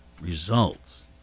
results